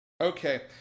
Okay